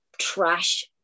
trash